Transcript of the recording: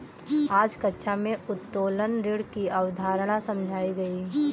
आज कक्षा में उत्तोलन ऋण की अवधारणा समझाई गई